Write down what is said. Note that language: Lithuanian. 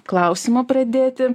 klausimo pradėti